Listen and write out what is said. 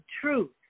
truth